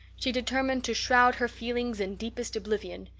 she determined to shroud her feelings in deepest oblivion,